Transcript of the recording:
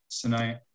tonight